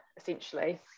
essentially